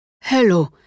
hello